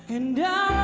and